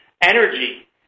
energy